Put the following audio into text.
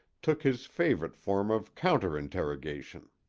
took his favorite form of counter-interrogation